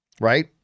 right